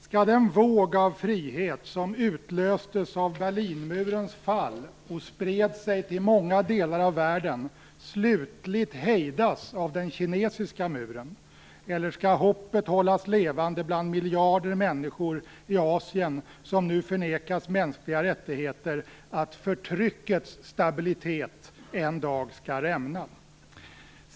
Skall den våg av frihet som utlöstes av Berlinmurens fall och spred sig till många delar av världen slutligt hejdas av den kinesiska muren, eller skall hoppet hållas levande bland miljarder människor i Asien som nu förnekas mänskliga rättigheter att förtryckets stabilitet en dag skall rämna?